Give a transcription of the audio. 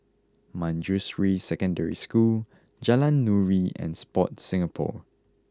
Manjusri Secondary School Jalan Nuri and Sport Singapore